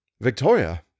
Victoria